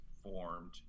Formed